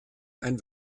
ein